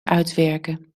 uitwerken